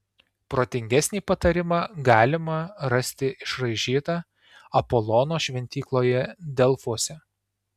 protingesnį patarimą galima rasti išraižytą apolono šventykloje delfuose